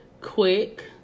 quick